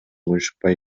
унчукпай